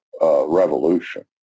revolution